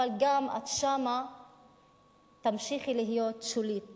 אבל גם שם תמשיכי להיות שולית,